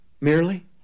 merely